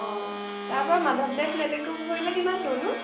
অঁ তাৰপৰা মাধৱদেৱ লেটেকু পুখুৰীলৈ কিমান দূৰনো